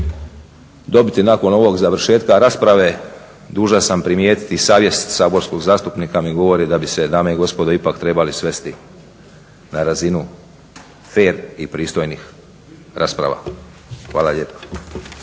dobiti nakon ovog završetka rasprave dužan sam primijetiti, savjest saborskog zastupnika mi govori da bi se dame i gospodo ipak trebali svesti na razinu fer i pristojnih rasprava. Hvala lijepa.